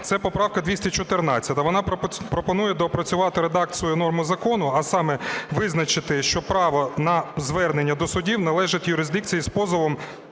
Це поправка 214, вона пропонує доопрацювати редакцію норми закону, а саме визначити, що право на звернення до судів належить юрисдикції з позовом